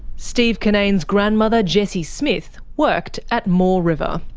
steve kinnane's grandmother jessie smith worked at moore river.